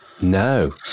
No